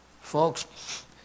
Folks